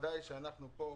בוודאי שאנחנו פה מאחלים.